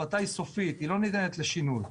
היא סופית ולא ניתנת לשינוי.